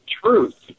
truth